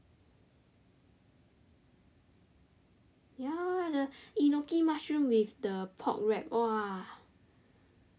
ya the enoki mushroom with the pork wrap !wah!